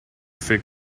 fig